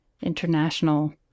international